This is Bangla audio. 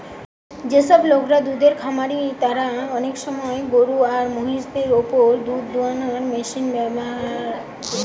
যেসব লোকরা দুধের খামারি তারা অনেক সময় গরু আর মহিষ দের উপর দুধ দুয়ানার মেশিন ব্যাভার কোরছে